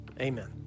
amen